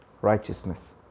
righteousness